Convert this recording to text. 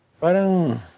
parang